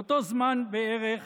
באותו זמן בערך